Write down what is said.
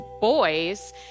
boys